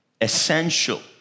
essential